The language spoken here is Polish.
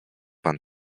pan